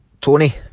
Tony